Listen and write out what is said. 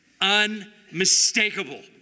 unmistakable